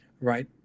right